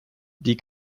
die